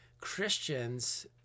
Christians